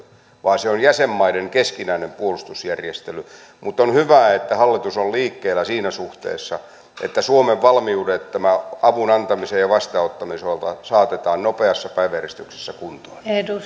vaan se on jäsenmaiden keskinäinen puolustusjärjestely mutta on hyvä että hallitus on liikkeellä siinä suhteessa että suomen valmiudet tämän avun antamisen ja vastaanottamisen osalta saatetaan nopeassa päiväjärjestyksessä kuntoon